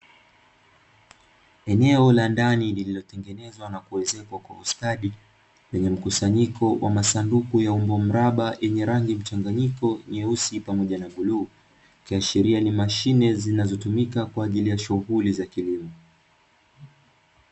Eneo la ndani lililotengenezwa na kuezekwa kwa ustadi lenye mkusanyiko wa masanduku ya umbo mraba rangi mchanganyiko nyeusi pamoja na bluu ikiashiria ni mashine zinazotumika kwa ajili shughuli za kilimo.